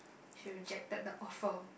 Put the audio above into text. she rejected the offer